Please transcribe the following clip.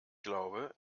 glaube